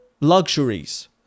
luxuries